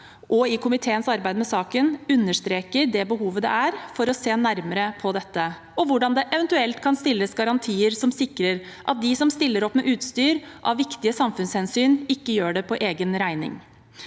og i komiteens arbeid med saken understreker det behovet det er for å se nærmere på dette, og på hvordan det eventuelt kan stilles garantier som sikrer at de som stiller opp med utstyr av viktige samfunnshensyn, ikke gjør det på egen regning.